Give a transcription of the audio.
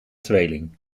tweeling